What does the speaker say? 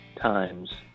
times